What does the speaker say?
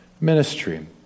ministry